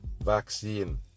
vaccine